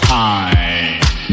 time